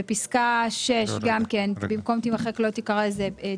בפסקה (6) גם כן, במקום "תימחק" - "לא תיקרא".